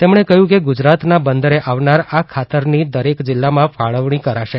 તેમણે કહ્યું કે ગુજરાતના બંદરે આવનાર આ ખાતરની દરેક જિલ્લામાં ફાળવણી કરાશે